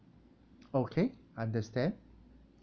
okay understand